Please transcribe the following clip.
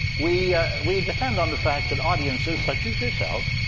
we we depend on the fact that audiences, such as yourselves,